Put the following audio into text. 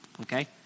Okay